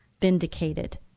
vindicated